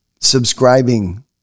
subscribing